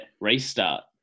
restart